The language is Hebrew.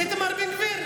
איתמר בן גביר?